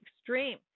extreme